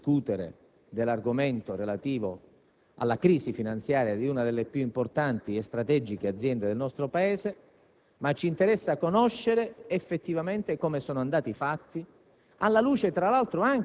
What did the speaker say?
Ci interessa sicuramente discutere della crisi finanziaria di una delle più importanti e strategiche aziende del nostro Paese, ma ci preme conoscere effettivamente come siano andati i fatti,